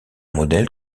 modèle